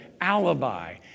alibi